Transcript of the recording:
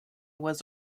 was